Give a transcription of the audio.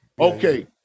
Okay